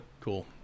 Cool